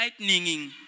lightninging